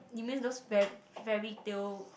you mean those fair~ fairytale